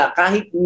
kahit